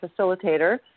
facilitator